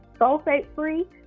sulfate-free